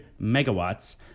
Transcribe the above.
megawatts